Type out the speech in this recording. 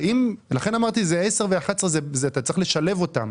לכן אמרתי שצריך לשלב את (10) ו-(11).